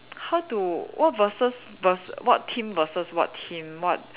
how to what versus vers~ what team versus what team what